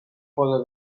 poda